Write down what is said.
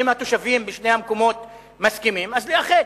אם התושבים בשני המקומות מסכימים, אז לאַחד.